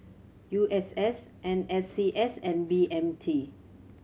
U S S N S C S and B M T